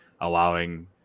allowing